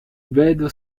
vedo